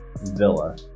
villa